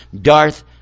Darth